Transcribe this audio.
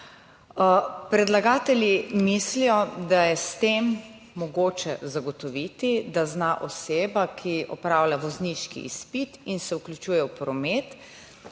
Predlagatelji mislijo, da je s tem mogoče zagotoviti, da zna oseba, ki opravlja vozniški izpit in se vključuje v promet,